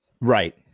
right